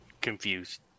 Confused